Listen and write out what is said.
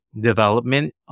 development